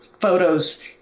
photos